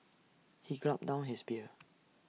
he gulped down his beer